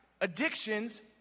addictions